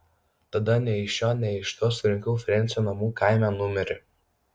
tada nei iš šio nei iš to surinkau frensio namų kaime numerį